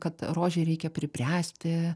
kad rožei reikia pribręsti